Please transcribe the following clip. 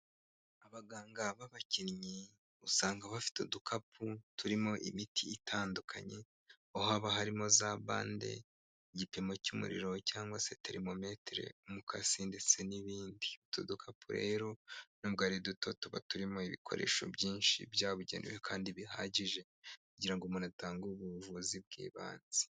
Abaganga b'abakinnyi usanga bafite udukapu turimo imiti itandukanye, aho haba harimo za bande, igipimo cy'umuriro cyangwa se terimometere, umukasi ndetse n'ibindi. Utu dukapu rero n'ubwo ari duto tuba turimo ibikoresho byinshi byabugenewe kandi bihagije kugira ngo umuntu atange ubuvuzi bw'ibanze.